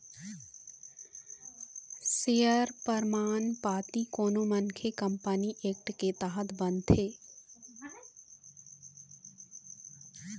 share परमान पाती कोनो मनखे के कंपनी एक्ट के तहत बनथे